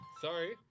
Sorry